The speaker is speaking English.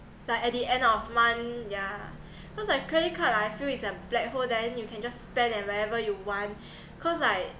like at the end of month yeah cause like credit card I feel it's a black hole then you can just spend at wherever you want cause like